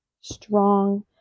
strong